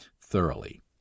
thoroughly